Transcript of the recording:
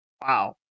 Wow